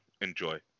Enjoy